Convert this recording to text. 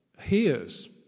hears